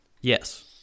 Yes